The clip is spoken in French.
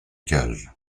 cages